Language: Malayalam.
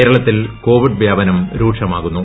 കേരളത്തിൽ കോവിഡ് വ്യാപനം രൂക്ഷമാകുന്നു